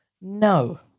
No